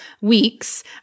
weeks